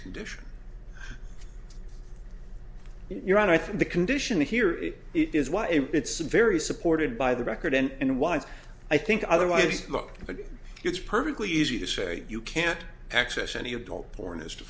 condition you're on i think the condition here if it is why it's very supported by the record and why i think otherwise look but it's perfectly easy to say you can't access any adult porn as